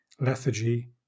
lethargy